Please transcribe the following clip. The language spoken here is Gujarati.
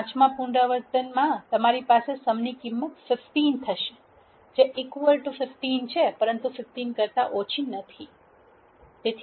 પાંચમા પુનરાવર્તનમાં તમારી પાસે સમ ની કિંમત 15 થશે જે 15 પરંતુ 15 કરતા ઓછી નહીં